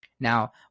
Now